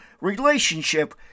relationship